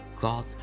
God